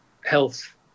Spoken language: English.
health